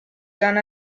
done